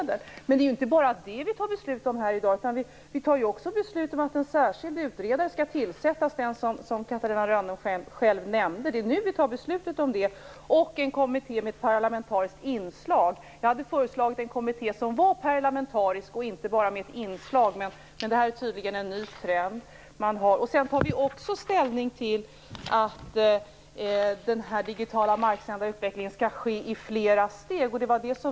Det är dock inte bara det som vi i dag tar beslut om, utan vi tar också, som Catarina Rönnung själv nämnde, beslut om att en särskild utredare skall tillsättas. Det skall också tillsättas en kommitté med parlamentariskt inslag. Vi hade föreslagit en parlamentarisk kommitté, inte bara en kommitté med parlamentariska inslag, men det är här tydligen fråga om en ny trend. Vi tar också ställning för att utvecklingen av marksänd digital-TV skall ske i flera steg.